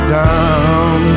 down